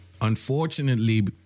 Unfortunately